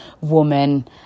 woman